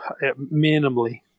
minimally